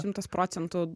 šimtas procentų